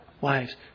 Wives